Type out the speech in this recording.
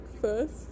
first